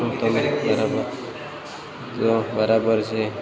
તમે બરાબર તો બરાબર છે